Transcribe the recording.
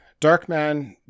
Darkman